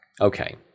Okay